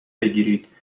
بگیرید